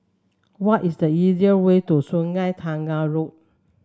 what is the easier way to Sungei Tengah Road